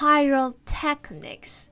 Pyrotechnics